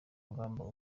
ngamba